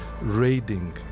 raiding